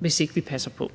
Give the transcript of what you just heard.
hvis ikke vi passer på.